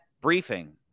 briefing